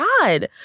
god